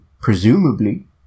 presumably